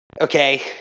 Okay